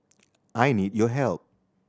I need your help